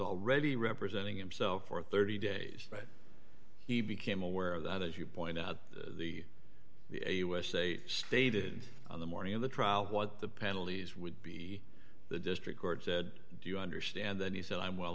already representing himself for thirty days that he became aware that as you point out the usa stated on the morning of the trial what the penalties would be the district court said do you understand that he said i'm well